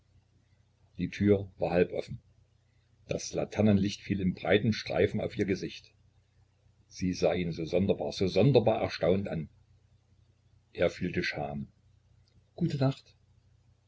die tür war halboffen das laternenlicht fiel in breitem streifen auf ihr gesicht sie sah ihn so sonderbar so sonderbar erstaunt an er fühlte scham gute nacht